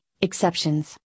Exceptions